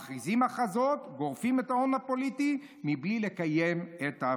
מכריזים הכרזות וגורפים את ההון הפוליטי מבלי לקיים את ההבטחות".